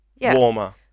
Warmer